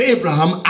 Abraham